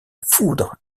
foudre